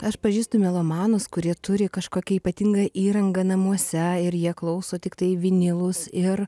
aš pažįstu melomanus kurie turi kažkokią ypatingą įrangą namuose ir jie klauso tiktai vinilus ir